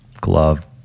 glove